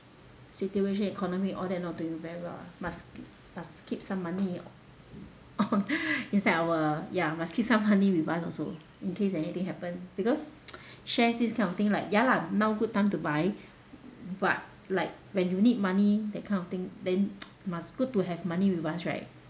situation economy all that not doing very well ah must must keep some money on (ppl inside our ya must keep some money with us also in case anything happen because shares this kind of thing like ya lah now good time to buy but like when you need money that kind of thing then must good to have money with us right